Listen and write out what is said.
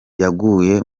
yaguye